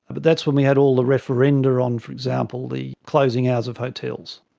but that's when we had all the referenda on, for example the closing hours of hotels.